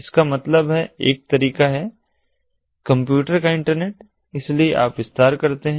इसका मतलब है यह एक तरीका है कंप्यूटर का इंटरनेट इसलिए आप विस्तार करते हैं